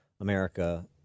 America